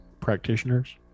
practitioners